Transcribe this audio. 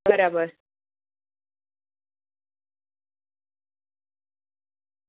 બરાબર